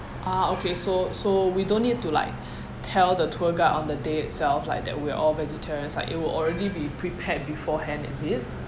ah okay so so we don't need to like tell the tour guide on the day itself like that we're all vegetarians like it will already be prepared beforehand is it